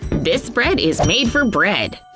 this spread is made for bread!